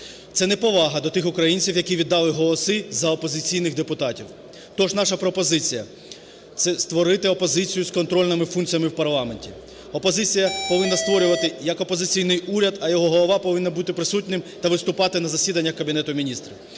Це неповага до тих українців, які віддали голоси за опозиційних депутатів. Тож наша пропозиція: створити опозицію з контрольними функціями в парламенті. Опозиція повинна створювати як опозиційний уряд, а його голова повинен бути присутнім та виступати на засіданнях Кабінету Міністрів.